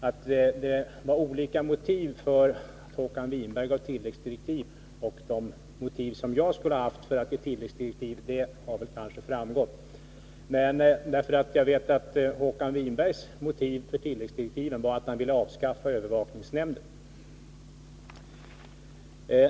Att det var skillnad mellan de motiv Håkan Winberg hade för att ge tilläggsdirektiv och de motiv som jag skulle ha haft för att ge tilläggsdirektiv har väl kanske framgått. Jag vet att Håkan Winbergs motiv för tilläggsdirektiven var att han ville avskaffa övervakningsnämnderna.